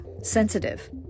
sensitive